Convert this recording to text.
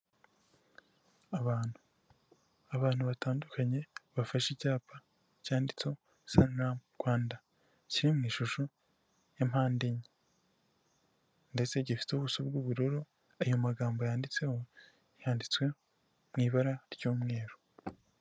Abantu, abantu batandukanye bafashe icyapa cyanditseho saniramu Rwanda, kiri mu ishusho mpandenye ndetse gifite ubuso bw'ubururu, ayo magambo yanditseho, yanditswe mu ibara ry'umweru.